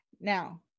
Now